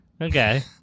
Okay